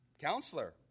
Counselor